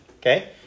Okay